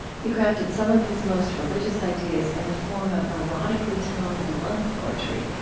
he crafted some of his most religious ideas in the form of erotically toned love poetry,